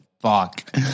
fuck